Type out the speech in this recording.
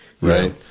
Right